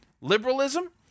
Liberalism